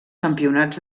campionats